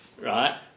right